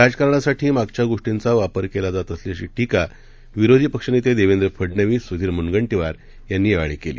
राजकारणासाठी मागच्या गोष्टींचा वापर केला जात असल्याची टीका विरोधी पक्षनेते देवेंद्र फडनवीस सुधीर मुनगंटीवार यांनीयावेळी म्हणाले